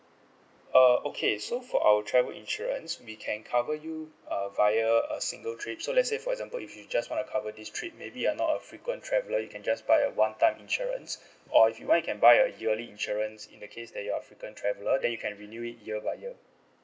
uh okay so for our travel insurance we can cover you uh via a single trip so let's say for example if you just want to cover this trip maybe uh not a frequent traveler you can just buy a one time insurance or if you want you can buy a yearly insurance in the case that you are frequent traveler then you can renew it year by year